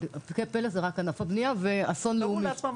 "פלס" זה רק ענף הבנייה ואסון לאומי,